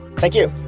thank you.